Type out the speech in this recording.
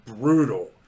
brutal